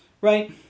Right